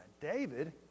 David